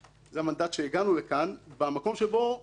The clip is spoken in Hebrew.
המנדט שהגענו לכאן במקום שבו נותנים